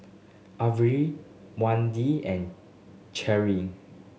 Elvi and Cherry